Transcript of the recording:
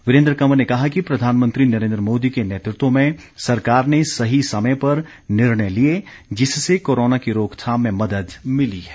वीरेन्द्र कंवर ने कहा कि प्रधानमंत्री नरेन्द्र मोदी के नेतृत्व में सरकार ने सही समय पर निर्णय लिए जिससे कोरोना की रोकथाम में मदद मिली है